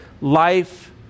life